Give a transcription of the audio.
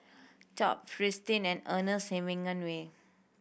Top Fristine and Ernest